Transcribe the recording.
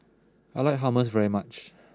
I like Hummus very much